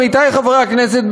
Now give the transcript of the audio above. עמיתי חברי הכנסת,